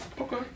Okay